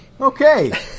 okay